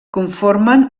conformen